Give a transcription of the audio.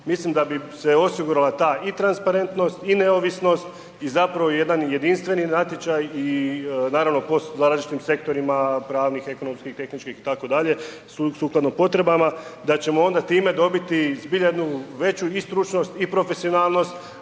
mislim da bi se osigurala i ta transparentnost i neovisnost i zapravo jedan jedinstveni natječaj i naravno po različitim sektorima pravnih, ekonomskih, tehničkih itd., sukladno potrebama, da ćemo onda time dobiti zbilja jednu veću i stručnost i profesionalnost,